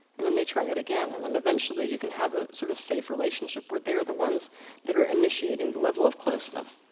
and then they try it again and and eventually you can have a sort of safe relationship where they are the ones that are initiating the level of closeness.